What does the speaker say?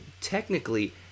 technically